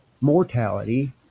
mortality